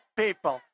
people